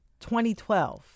2012